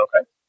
Okay